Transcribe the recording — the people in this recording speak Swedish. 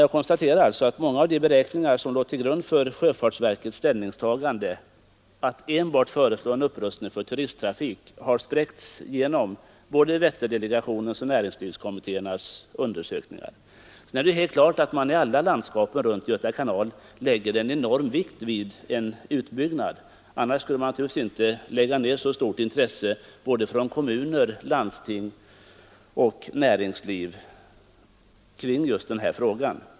Jag konstaterar alltså att många av de beräkningar som låg till grund för sjöfartsverkets ställningstagande att enbart föreslå en upprustning för turisttrafik har spräckts genom såväl Vätterdelegationens som näringslivskommittéernas undersökningar. Det är klart att man i alla landskap runt Göta kanal lägger en enorm vikt vid en utbyggnad. Annars skulle man naturligtvis inte lägga ned så stort intresse från kommuner, landsting och näringsliv på just denna fråga.